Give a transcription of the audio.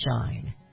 shine